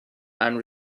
and